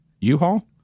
U-Haul